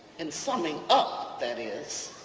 in summing up that is,